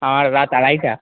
আমার রাত আড়াইটা